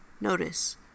Notice